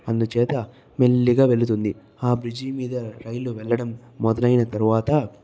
అందుచేత మెల్లిగా వెళుతుంది ఆ బ్రిడ్జి మీద రైలు వెళ్ళడం మొదలైన తరువాత